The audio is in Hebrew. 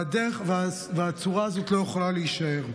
והדרך והצורה הזאת לא יכולות להישאר.